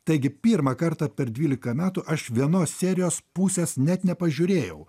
taigi pirmą kartą per dvylika metų aš vienos serijos pusės net nepažiūrėjau